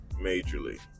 Majorly